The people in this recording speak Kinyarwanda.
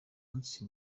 munsi